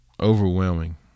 overwhelming